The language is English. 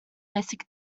basic